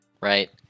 right